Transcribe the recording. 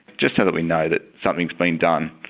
just so that we know that something's been done,